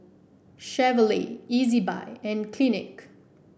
Chevrolet Ezbuy and Clinique